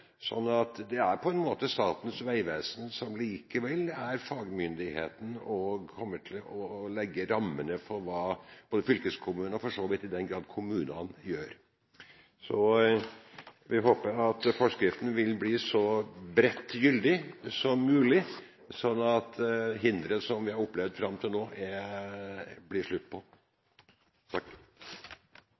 det er på en måte Statens vegvesen som er fagmyndigheten, og som kommer til å legge rammene for hva fylkeskommunene – og for så vidt kommunene – gjør. Vi håper at forskriften vil bli så bredt gyldig som mulig, sånn at det blir slutt på de hindringene som vi har opplevd fram til nå.